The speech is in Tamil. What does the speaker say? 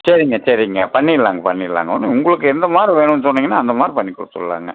சரிங்க சரிங்க பண்ணிடலாங்க பண்ணிடலாங்க உங்களுக்கு எந்த மாதிரி வேணும்ன்னு சொன்னிங்கன்னால் அந்தமாதிரி பண்ணிக்கொடுத்துட்லாங்க